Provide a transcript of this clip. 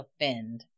offend